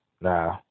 nah